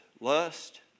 lust